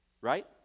right